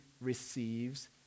receives